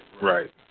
Right